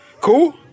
Cool